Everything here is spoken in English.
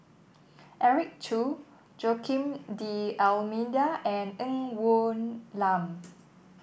Eric Khoo Joaquim D'Almeida and Ng Woon Lam